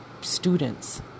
students